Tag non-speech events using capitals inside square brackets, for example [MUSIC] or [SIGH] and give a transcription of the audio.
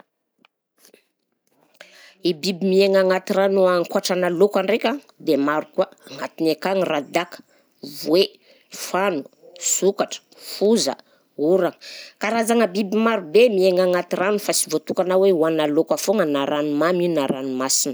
[NOISE] I biby miaigna agnaty rano ankoatranà laoka ndraika de maro koa, agnatiny akagny radàka, voey, fano, sokatra, foza, oragna, karazagna biby marobe miaigna agnaty rano fa sy voatokana hoe hohanina laoka foagna na ranomamy io na ranomasina.